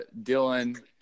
Dylan